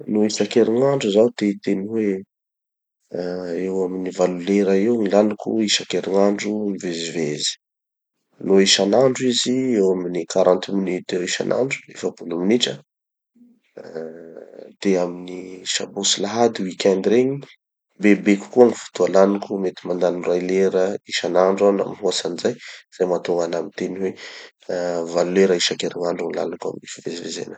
No isaky herinandro zaho te hiteny hoe, ah eo amin'ny valo lera eo laniko isan-kerinandro mivezivezy. No isanandro izy, eo amin'ny quarante minutes eo isanandro, efa-polo minitra. Ah de amin'ny sabotsy lahady, weekend regny, bebe kokoa gny fotoa laniko, mety mandany ray lera isanandro aho na mihoatsy anizay. Zay mahatonga anaha miteny hoe valo lera isan-kerinandro eo gny laniko amy fivezivezena.